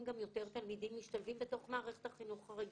גם יותר תלמידים משתלבים בתוך מערכת החינוך הרגילה,